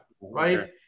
Right